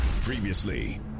Previously